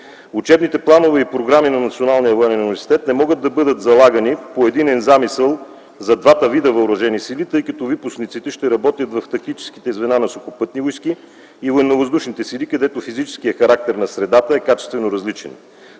Учебните планове и програми на Националния военен университет не могат да бъдат залагани по единен замисъл за двата вида въоръжени сили, защото випускниците ще работят в тактическите звена на Сухопътни войски и Военновъздушните сили, където физическият характер на средата е качествено различен.